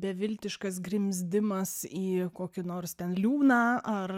beviltiškas grimzdimas į kokį nors ten liūną ar